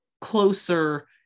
closer